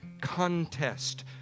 contest